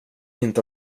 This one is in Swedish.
inte